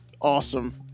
awesome